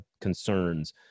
concerns